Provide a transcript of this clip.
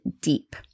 deep